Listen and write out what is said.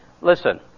listen